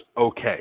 okay